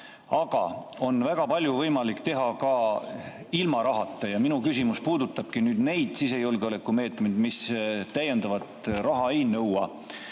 Aga väga palju on võimalik teha ka ilma rahata. Minu küsimus puudutabki neid sisejulgeolekumeetmeid, mis täiendavat raha ei nõua.